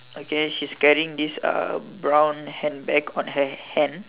okay she's carrying this uh brown handbag on her hand